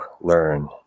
learn